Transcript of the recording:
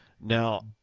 Now